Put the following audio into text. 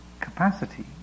capacity